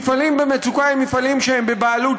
מפעלים במצוקה הם מפעלים שהם בבעלות